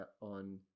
on